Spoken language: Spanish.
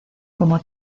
como